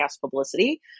publicity